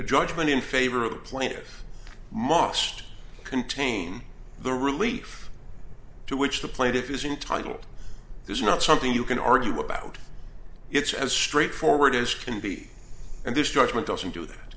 a judgment in favor of the planet mosty contain the relief to which the plaintiff using title is not something you can argue about it's as straightforward as can be and this judgement doesn't do that